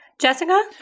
Jessica